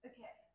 Okay